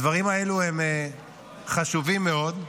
הדברים האלו הם חשובים מאוד,